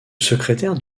secrétaire